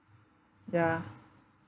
ya